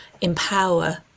empower